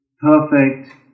perfect